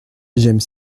j’aime